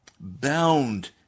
bound